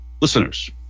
listeners